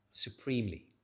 supremely